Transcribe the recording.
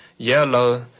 Yellow